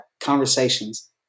conversations